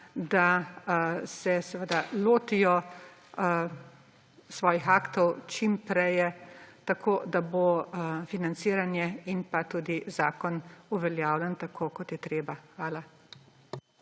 da se lotijo svojih aktov čim prej, tako da bo financiranje in tudi zakon uveljavljen tako, kot je treba. Hvala.